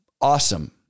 Awesome